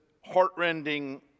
heartrending